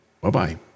bye-bye